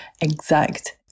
exact